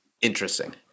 interesting